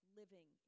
living